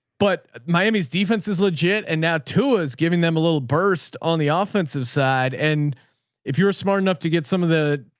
but miami's defense is legit and now too is giving them a little burst on the offensive side. and if you're a smart enough to get some of the,